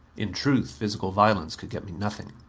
in truth, physical violence could get me nothing.